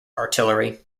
artillery